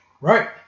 Right